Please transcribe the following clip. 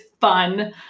fun